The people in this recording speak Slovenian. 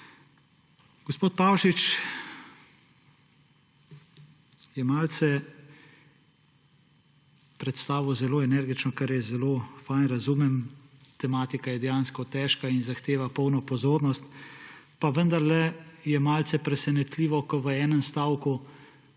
Gospod Pavšič je malce predstavil zelo energično, kar je zelo fino, razumem, tematika je dejansko težka in zahteva polno pozornost, pa vendarle je malce presenetljivo, ko v enem stavku